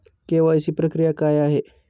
KYC प्रक्रिया काय आहे?